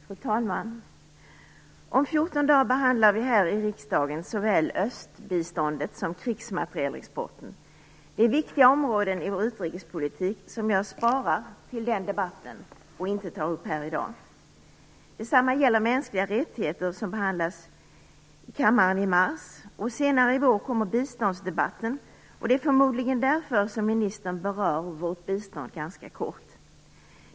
Fru talman! Om 14 dagar behandlar vi här i riksdagen såväl östbiståndet som krigsmaterielexporten. Det är viktiga områden i vår utrikespolitik som jag sparar till de debatterna och inte tar upp i dag. Detsamma gäller mänskliga rättigheter, som behandlas här i kammaren i mars. Senare i vår kommer biståndsdebatten. Det är förmodligen därför ministern berör vårt bistånd ganska kort.